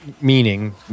meaning